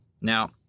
Now